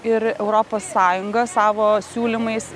ir europos sąjunga savo siūlymais